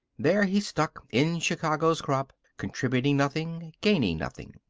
there he stuck in chicago's crop, contributing nothing, gaining nothing.